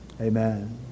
Amen